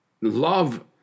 Love